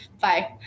bye